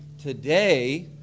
today